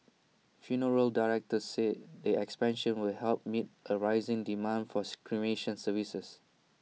funeral directors said the expansion will help meet A rising demand forth cremation services